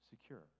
secure